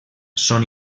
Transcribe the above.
són